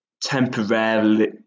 temporarily